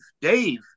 Dave